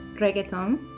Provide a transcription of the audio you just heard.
reggaeton